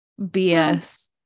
BS